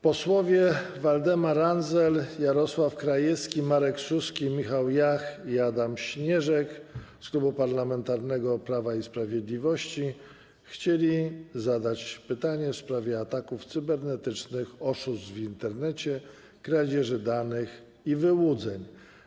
Posłowie Waldemar Andzel, Jarosław Krajewski, Marek Suski, Michał Jach i Adam Śnieżek z Klubu Parlamentarnego Prawo i Sprawiedliwość zadają pytanie w sprawie ataków cybernetycznych, oszustw w Internecie, kradzieży danych i wyłudzeń.